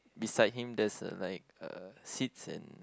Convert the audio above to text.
beside him there's like uh seats and